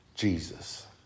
Jesus